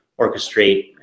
orchestrate